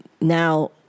now